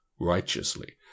righteously